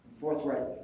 forthrightly